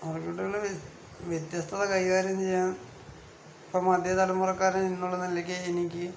അതുകൊണ്ടുള്ള വ്യ വ്യത്യസ്ഥത കൈകാര്യം ചെയ്യാൻ ഇപ്പം മധ്യ തലമുറക്കാരൻ എന്നുള്ള നിലക്ക് എനിക്ക്